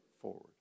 forward